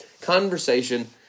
conversation